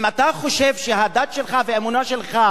אם אתה חושב שהדת שלך והאמונה שלך,